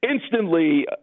instantly